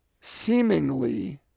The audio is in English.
seemingly